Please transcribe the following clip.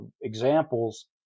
examples